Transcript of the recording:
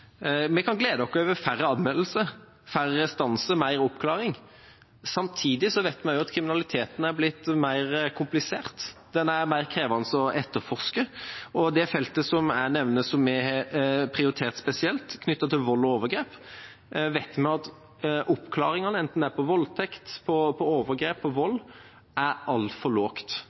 Vi kan glede oss over færre anmeldelser, færre restanser, mer oppklaring. Samtidig vet vi også at kriminaliteten er blitt mer komplisert, den er mer krevende å etterforske. På det feltet jeg nevner som vi har prioritert spesielt, knyttet til vold og overgrep, vet vi at oppklaringsprosenten, enten det er på voldtekt, overgrep eller vold, er altfor